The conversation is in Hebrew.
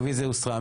הרביזיה הוסרה.